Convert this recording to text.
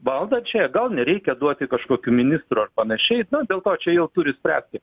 valdančiąją gal nereikia duoti kažkokių ministrų ar panašiai na dėl to čia jau turi spręsti